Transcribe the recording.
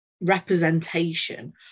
representation